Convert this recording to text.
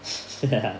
ya